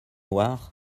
noirs